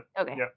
Okay